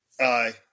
aye